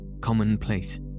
commonplace